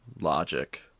logic